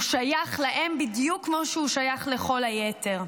הוא שייך להם בדיוק כמו שהוא שייך לכל היתר.